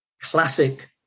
classic